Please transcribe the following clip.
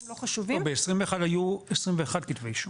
לא חשובים -- בשנת 21 היו 21 כתבי אישום.